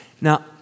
Now